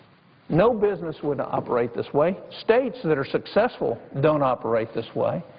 no business would operate this way. states that are successful don't operate this way.